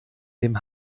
dem